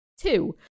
two